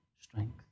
strength